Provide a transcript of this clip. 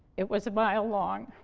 it was a mile long,